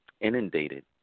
inundated